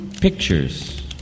Pictures